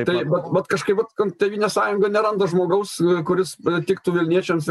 tai vat vat kažkaip vat kad tėvynės sąjunga neranda žmogaus kuris tiktų vilniečiams